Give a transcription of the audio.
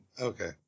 Okay